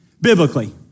biblically